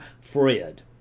fred